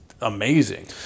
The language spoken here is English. amazing